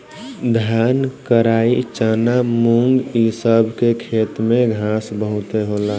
धान, कराई, चना, मुंग इ सब के खेत में घास बहुते होला